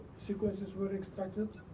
sequences were expected?